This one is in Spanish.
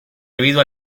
debido